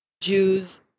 Jews